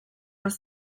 els